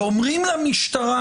ואומרים למשטרה,